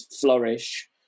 flourish